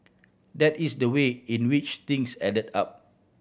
that is the way in which things added up